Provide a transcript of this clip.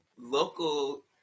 local